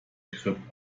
grip